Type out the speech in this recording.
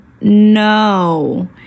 no